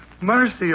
Mercy